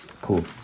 Cool